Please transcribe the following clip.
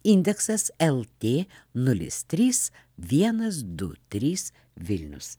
indeksas lt nulis trys vienas du trys vilnius